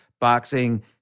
boxing